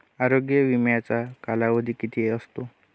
आरोग्य विम्याचा कालावधी किती असतो?